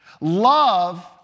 Love